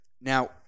Now